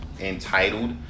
entitled